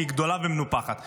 כי היא גדולה ומנופחת.